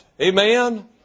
Amen